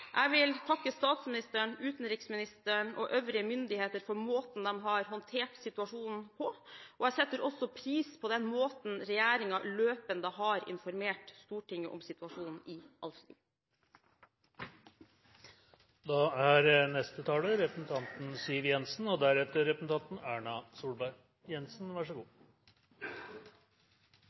Jeg vil takke statsministeren, utenriksministeren og øvrige myndigheter for måten de har håndtert situasjonen på. Jeg setter også pris på den måten regjeringen løpende har informert Stortinget om situasjonen i